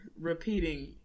repeating